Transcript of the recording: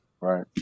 right